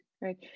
right